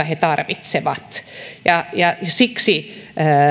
he tarvitsevat siksi